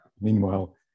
Meanwhile